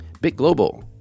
BitGlobal